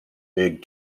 big